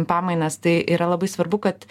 pamainas tai yra labai svarbu kad